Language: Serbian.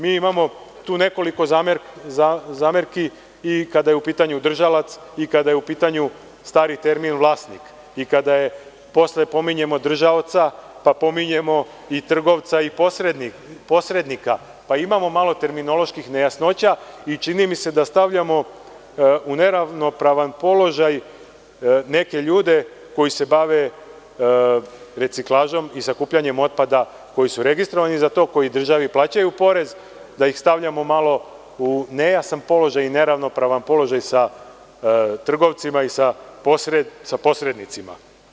Mi imamo tu nekoliko zamerki i kada je u pitanju držalac, kada je u pitanju stari termin – vlasnik, i kada posle pominjemo držaoca, pa pominjemo i trgovca i posrednika, pa imamo malo terminoloških nejasnoća i čini mi se da stavljamo u neravnopravan položaj neke ljude koji se bave reciklažom i sakupljanjem otpada, koji su registrovani za to, koji državi plaćaju porez, da ih stavljamo malo u nejasan i neravnopravan položaj sa trgovcima i sa posrednicima.